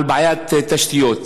על בעיית תשתיות.